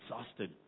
exhausted